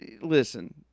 Listen